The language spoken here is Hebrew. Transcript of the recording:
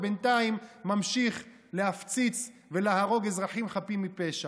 ובינתיים ממשיך להפציץ ולהרוג אזרחים חפים מפשע.